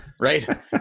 right